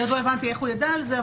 אני עוד לא הבנתי איך הוא ידע על זה,